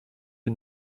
que